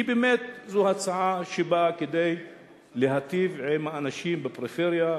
כי באמת זו הצעה שבאה כדי להיטיב עם האנשים בפריפריה,